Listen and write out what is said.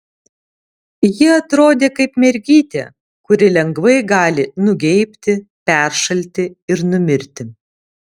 ji atrodė kaip mergytė kuri lengvai gali nugeibti peršalti ir numirti